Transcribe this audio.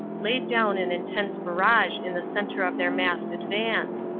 laid down an intense barrage in the cen tre of their massed advance,